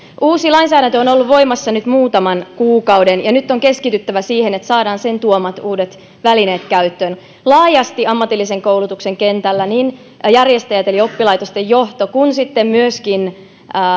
uusi lainsäädäntö on on ollut voimassa nyt muutaman kuukauden ja nyt on keskityttävä siihen että saadaan sen tuomat uudet välineet käyttöön laajasti ammatillisen koulutuksen kentällä niin järjestäjät eli oppilaitosten johto kuin myöskin